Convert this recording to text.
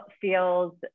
feels